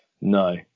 No